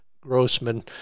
Grossman